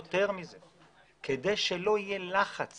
כדי שלא יהיה לחץ